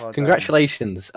Congratulations